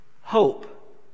Hope